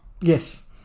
Yes